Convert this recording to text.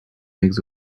eggs